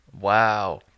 Wow